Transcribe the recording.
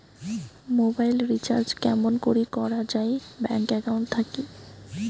Mobile recharge কেমন করি করা যায় ব্যাংক একাউন্ট থাকি?